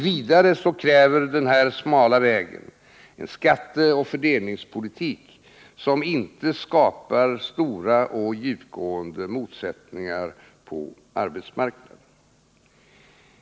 Vidare kräver den smala vägen en skatteoch fördelningspolitik, som inte skapar stora och djupgående motsättningar på arbetsmarknaden.